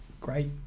great